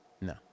no